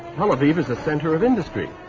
tel aviv is a center of industry.